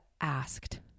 asked